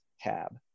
tab